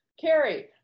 Carrie